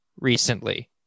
recently